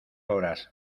horas